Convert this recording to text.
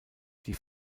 die